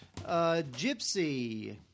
Gypsy